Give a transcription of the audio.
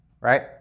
right